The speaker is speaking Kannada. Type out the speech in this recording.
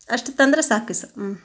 ಅಷ್ಟು ತಂದರೆ ಸಾಕು ಸರ್ ಹ್ಞೂ